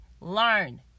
Learn